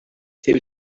few